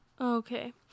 Okay